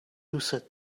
دوستت